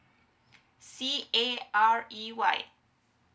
C A R E Y